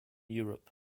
europe